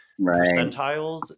percentiles